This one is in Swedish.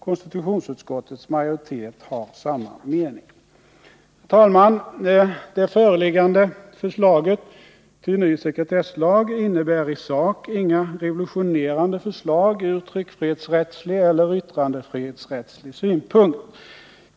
Konstitutionsutskottets majoritet har samma mening. Herr talman! Det föreliggande förslaget till ny sekretesslag innebär i sak inga revolutionerande ting ur tryckfrihetsrättslig eller yttrandefrihetsrättslig synpunkt.